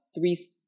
three